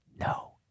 No